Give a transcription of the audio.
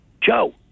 Joe